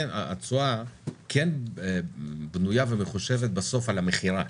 התשואה כן תלויה ומחושבת בסוף על המכירה,